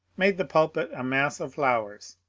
made the pulpit a mass of flowers,